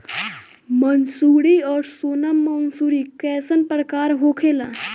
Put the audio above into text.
मंसूरी और सोनम मंसूरी कैसन प्रकार होखे ला?